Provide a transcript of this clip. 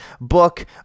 book